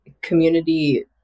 community